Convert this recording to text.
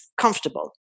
comfortable